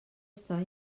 estava